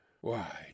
Why